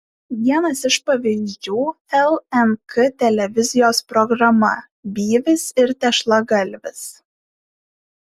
vienas iš pavyzdžių lnk televizijos programa byvis ir tešlagalvis